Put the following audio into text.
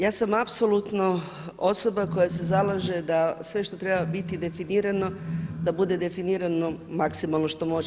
Ja sam apsolutno osoba koja se zalaže da sve što treba biti definirano da bude definirano maksimalno što može.